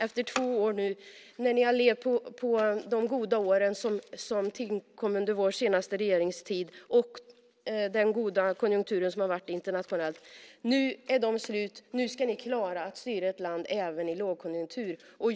Efter två år då ni har levt på det som tillkom under vår senaste regeringstid och den goda konjunktur som har varit internationellt och som nu är över ska ni klara att styra ett land även i lågkonjunktur.